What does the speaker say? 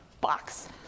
box